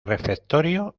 refectorio